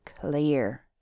clear